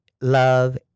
love